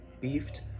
beefed